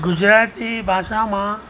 ગુજરાતી ભાષામાં